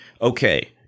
okay